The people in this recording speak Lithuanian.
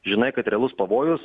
žinai kad realus pavojus